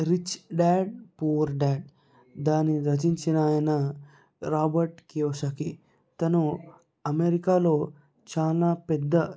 rich Dad Poor Dad దాన్ని రచించిన ఆయన రాబర్ట్ కియోసకి తను అమెరికాలో చాలా పెద్ద